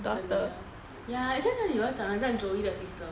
the 女儿 ya 我觉得她女儿长得很像 joey 的 sister